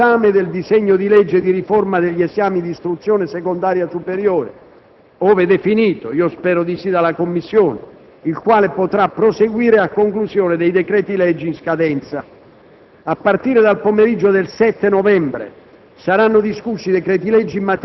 Nella seduta antimeridiana di martedì 7 novembre avrà inizio l'esame del disegno di legge di riforma degli esami di istruzione secondaria superiore - ove definito, spero di sì, dalla Commissione - il quale potrà proseguire a conclusione dei decreti-legge in scadenza.